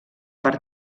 per